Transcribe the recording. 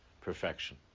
perfection